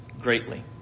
greatly